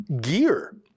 gear